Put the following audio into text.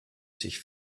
sich